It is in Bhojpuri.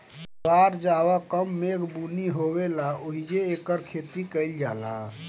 जवार जहवां कम मेघ बुनी होखेला ओहिजे एकर खेती कईल जाला